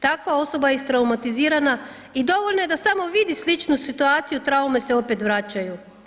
Takva osoba je istraumatizirana i dovoljno je da samo vidi sličnu situaciju traume se opet vraćaju.